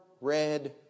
red